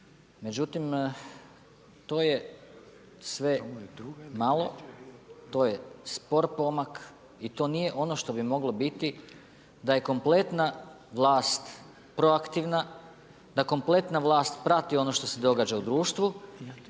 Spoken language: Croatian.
Međutim to je sve malo, to je spor pomak i to nije ono što bi moglo biti da je kompletna vlast proaktivna, da kompletna vlast prati ono što se događa u društvu